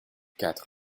quatre